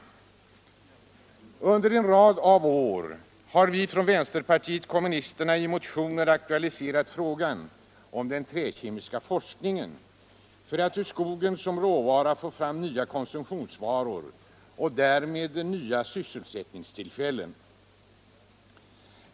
Under en rad av år har vi från vänsterpartiet kommunisterna i motioner aktualiserat frågan om den träkemiska forskningen för att ur skogen som råvara få fram nya konsumtionsvaror och därmed nya sysselsättningstillfällen.